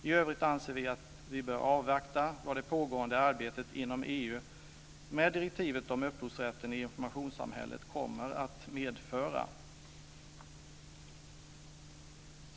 I övrigt anser vi att man bör avvakta vad det pågående arbetet inom EU med direktivet om upphovsrätten i informationssamhället kommer att medföra.